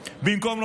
למקום.